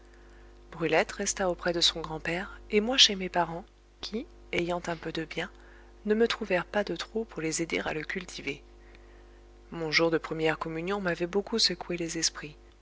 brulette resta auprès de son grand-père et moi chez mes parents qui ayant un peu de bien ne me trouvèrent pas de trop pour les aider à le cultiver mon jour de première communion m'avait beaucoup secoué les esprits